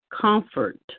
comfort